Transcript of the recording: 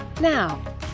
Now